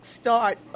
start